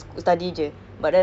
focus on school